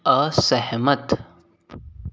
असहमत